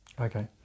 Okay